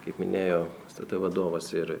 kaip minėjau stt vadovas ir